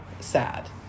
Sad